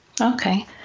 okay